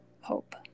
hope